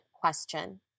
question